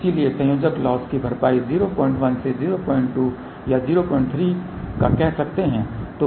इसलिए संयोजक लॉस की भरपाई 01 से 02 या 03 का कह सकते है